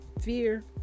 fear